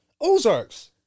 Ozarks